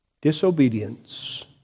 disobedience